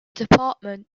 department